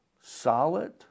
solid